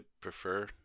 prefer